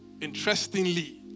interestingly